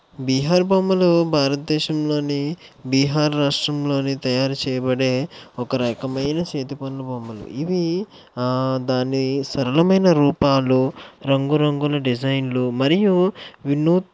బీహారు బొమ్మలు భారతదేశంలోని బీహార్ రాష్ట్రంలో తయారు చేయబడే ఒక రకమైన చేతి పనులు బొమ్మలు ఇవి దాన్ని సరళమైన రూపాలు రంగురంగుల డిజైన్లు మరియు విను